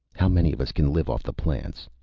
how many of us can live off the plants?